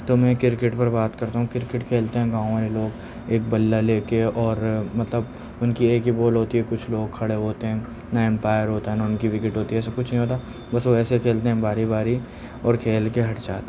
تو میں کرکٹ پہ بات کرتا ہوں کرکٹ کھیلتے ہیں گاؤں والے لوگ ایک بلہ لے کے اور مطلب ان کی ایک ہی بال ہوتی ہے کچھ لوگ کھڑے ہوتے ہیں نا اپمائر ہوتا ہے نا ان کی وکٹ ہوتی ہے کچھ نہیں ہوتا بس وہ ایسے کھیلتے ہیں باری باری اور کھیل کے ہٹ جاتے ہیں